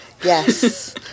Yes